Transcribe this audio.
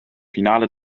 finale